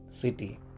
city